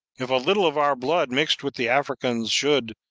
if a little of our blood mixed with the african's, should,